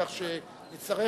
כך שנצטרך,